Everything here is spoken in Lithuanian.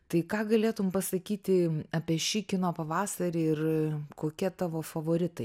tai ką galėtum pasakyti apie šį kino pavasarį ir kokie tavo favoritai